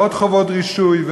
ועוד חובות רישוי,